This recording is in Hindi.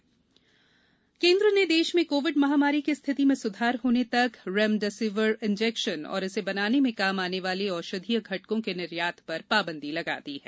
रेमडेसिविर प्रतिबंध केंद्र ने देश में कोविड महामारी की रिथति में सुधार होने तक रेमडेसिविर इन्जेक्शन और इसे बनाने में काम आने वाले औषधीय घटकों के निर्यात पर पावंदी लगा दी है